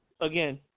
again